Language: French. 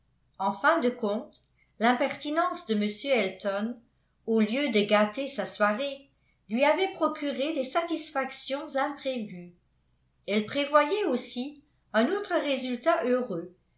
en fin de compte l'impertinence de m elton au lieu de gâter sa soirée lui avait procuré des satisfactions imprévues elle prévoyait aussi un autre résultat heureux